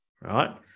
Right